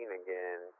again